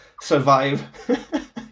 survive